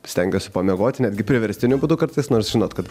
stengiuosi pamiegoti netgi priverstiniu būdu kartais nors žinot kad